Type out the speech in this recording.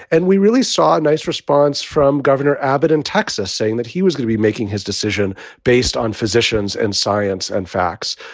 and we really saw a nice response from governor abbott in texas saying that he was gonna be making his decision based on physicians and science and facts.